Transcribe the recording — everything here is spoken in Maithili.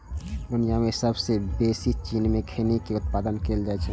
दुनिया मे सबसं बेसी चीन मे खैनी के उत्पादन कैल जाइ छै